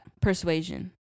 Persuasion